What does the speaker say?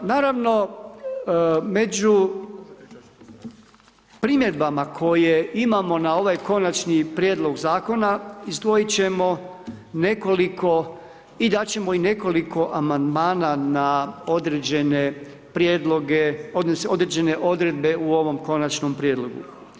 Naravno među primjedbama koje imamo na ovaj Konačni prijedlog Zakona izdvojiti ćemo i dati ćemo i nekoliko amandmana na određene prijedloge, određene odredbe u ovom Konačnom prijedlogu.